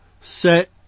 set